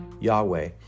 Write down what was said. Yahweh